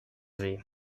sie